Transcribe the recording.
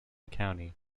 county